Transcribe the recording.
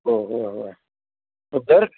हो होय होय मग दर